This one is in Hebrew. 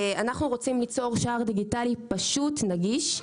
אנחנו רוצים ליצור שער דיגיטלי פשוט ונגיש,